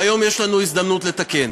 והיום יש לנו הזדמנות לתקן,